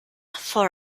for